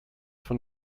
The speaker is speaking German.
von